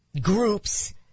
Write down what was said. groups